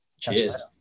Cheers